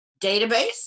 database